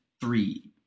three